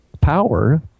power